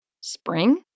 Spring